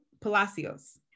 Palacios